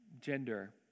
gender